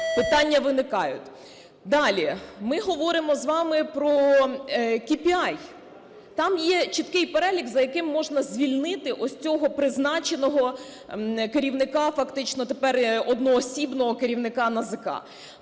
питання виникають. Далі. Ми говоримо з вами про КРІ. Там є чіткий перелік, за яким можна звільнити ось цього призначеного керівника, фактично тепер одноосібного керівника НАЗК.